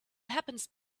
happens